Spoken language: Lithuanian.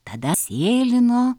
tada sėlino